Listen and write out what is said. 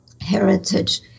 heritage